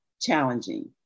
challenging